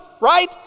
right